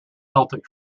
celtic